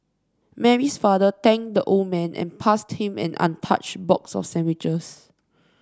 Mary's father thanked the old man and passed him an untouched box of sandwiches